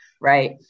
right